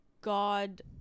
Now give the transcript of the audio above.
God